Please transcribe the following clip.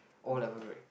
O-level grade